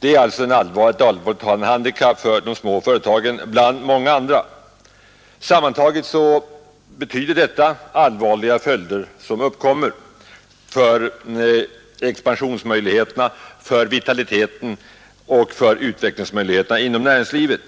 är alltså ett allvarligt handikapp för de små företagen bland många andra. Sammantaget betyder allt detta att allvarliga följder uppkommer för expansionsförmågan, för vitaliteten och för utvecklingsmöjligheterna inom näringslivet.